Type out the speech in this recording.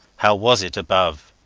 how was it above?